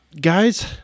guys